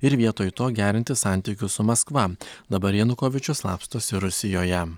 ir vietoj to gerinti santykius su maskva dabar janukovyčius slapstosi rusijoje